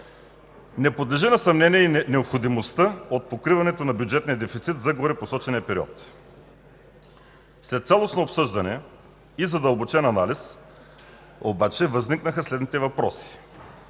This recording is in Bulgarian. Не подлежи на съмнение и необходимостта от покриването на бюджетния дефицит за горепосочения период. След цялостно обсъждане и задълбочен анализ обаче възникнаха следните въпроси: